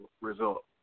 result